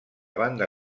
banda